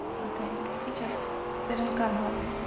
nothing. he just. they didn't come home.